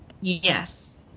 Yes